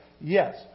Yes